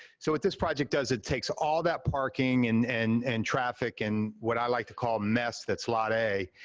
so, what this project does, it takes all that parking and and and traffic, and what i like to call mess that's lot a,